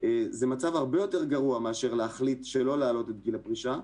זה מצב הרבה יותר גרוע מאשר להחליט לא להעלות את גיל הפרישה,